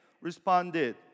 responded